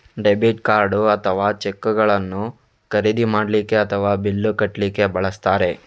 debit card ಅಥವಾ ಚೆಕ್ಗಳನ್ನು ಖರೀದಿ ಮಾಡ್ಲಿಕ್ಕೆ ಅಥವಾ ಬಿಲ್ಲು ಕಟ್ಲಿಕ್ಕೆ ಬಳಸ್ತಾರೆ